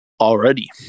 already